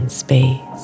space